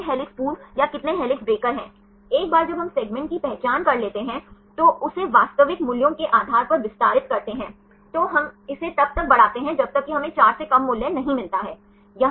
इसलिए वह इन 4 मॉडलों के साथ मिला और फिर उसने इन ज्ञात संरचनाओं के साथ जांच की और फिर देखा कि क्या अल्फा हेलिक्स संरचनाएं हमें पता हैं सही